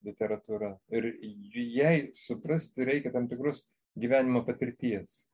literatūra ir jai suprasti reikia tam tikros gyvenimo patirties